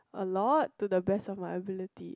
a lot to the best of my ability